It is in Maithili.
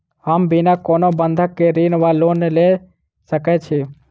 हम बिना कोनो बंधक केँ ऋण वा लोन लऽ सकै छी?